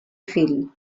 fil